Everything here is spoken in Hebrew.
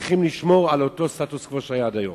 שצריך לשמור על הסטטוס-קוו שהיה עד היום.